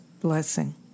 blessing